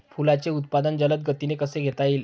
फुलांचे उत्पादन जलद गतीने कसे घेता येईल?